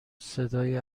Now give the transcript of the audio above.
صدای